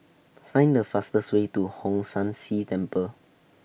Find The fastest Way to Hong San See Temple